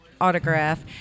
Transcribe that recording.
autograph